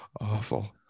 awful